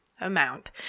amount